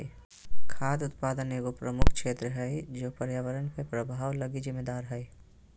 खाद्य उत्पादन एगो प्रमुख क्षेत्र है जे पर्यावरण पर प्रभाव लगी जिम्मेदार हइ